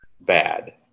bad